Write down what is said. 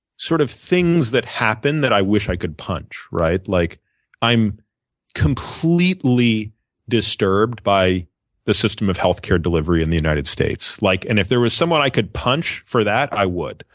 sort of things that happen that i wish i could punch. like i'm completely disturbed by the system of healthcare delivery in the united states, like and if there was someone i could punch for that, i would.